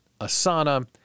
Asana